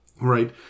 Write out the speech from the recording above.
right